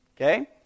Okay